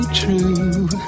true